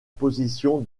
position